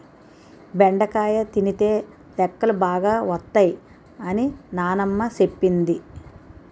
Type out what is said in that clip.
బెండకాయ తినితే లెక్కలు బాగా వత్తై అని నానమ్మ సెప్పింది